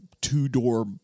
two-door